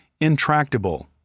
intractable